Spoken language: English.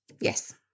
yes